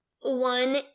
one